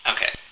Okay